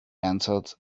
entered